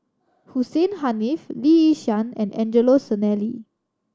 Hussein Haniff Lee Yi Shyan and Angelo Sanelli